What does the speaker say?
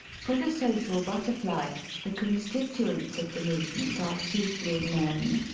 for the social but terfly the constituents of the movement are chiefly men,